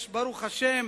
יש ברוך השם